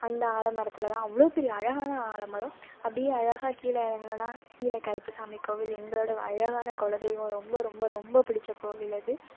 அந்த ஆலமரத்தில் தான் அவ்வளோ பெரிய அழகான ஆலமரம் அப்படியே அழகாக கீழே இறங்குனா கீழே கருப்ப சாமி கோவில் எங்களோடய அழகான குலதெய்வம் ரொம்ப ரொம்ப ரொம்ப பிடிச்ச கோவில் அது